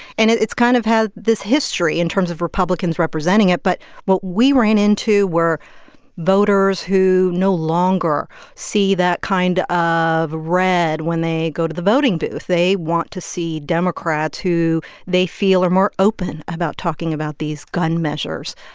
and it's kind of had this history in terms of republicans representing it but what we ran into were voters who no longer see that kind of red when they go to the voting booth. they want to see democrats who they feel are more open about talking about these gun measures.